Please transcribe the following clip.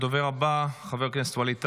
הדובר הבא, חבר הכנסת ווליד